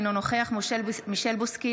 אינו נוכח מישל בוסקילה,